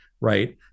right